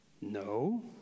No